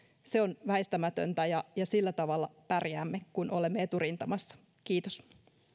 se on väistämätöntä ja ja sillä tavalla pärjäämme kun olemme eturintamassa kiitos